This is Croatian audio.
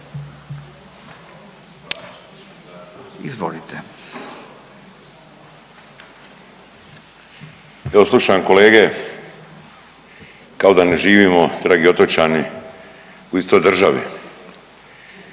(MOST)** Evo slušam kolege kao da ne živimo dragi otočani u istoj državi.